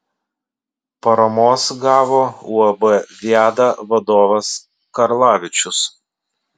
paramos gavo uab viada vadovas karlavičius